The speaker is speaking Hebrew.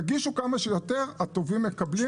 תגישו כמה שיותר, הטובים מקבלים.